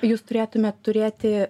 jūs turėtumėt turėti